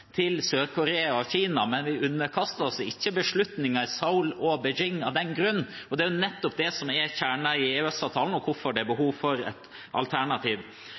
til Sør-Korea og Kina, men vi underkaster oss ikke beslutninger i Seoul og Beijing av den grunn. Det er nettopp det som er kjernen i EØS-avtalen og hvorfor det er behov for et alternativ.